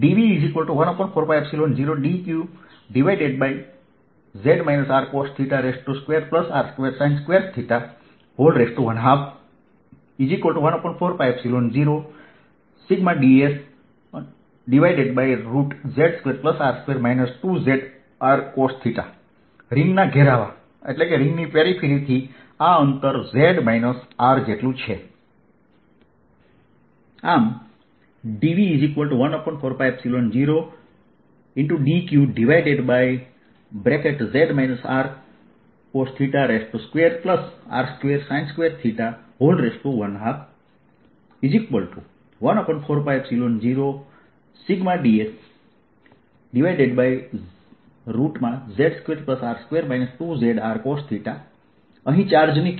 dV14π0 X રીંગથી અંતર રિંગના ઘેરાવા થી આ અંતર z R છે dV14π0dQz Rcos θ2R2sin212 14π0σdsz2R2 2zRcosθ અહીં ચાર્જની કિંમતσds થાય છે